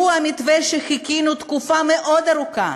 הוא המתווה שחיכינו לו תקופה מאוד ארוכה,